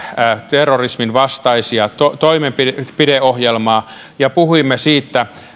terrorismin vastaista toimenpideohjelmaa ja puhuimme